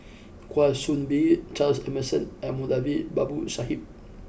Kwa Soon Bee Charles Emmerson and Moulavi Babu Sahib